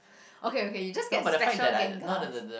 okay okay you just get special gengars